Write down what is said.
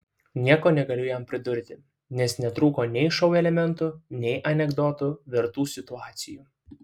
nieko negaliu jam pridurti nes netrūko nei šou elementų nei anekdotų vertų situacijų